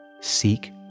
seek